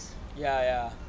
ya ya